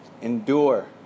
endure